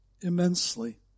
immensely